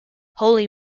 holy